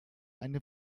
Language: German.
eine